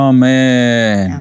Amen